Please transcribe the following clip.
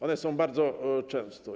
One są bardzo częste.